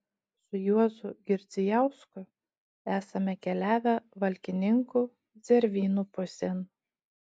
su juozu girdzijausku esame keliavę valkininkų zervynų pusėn